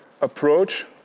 approach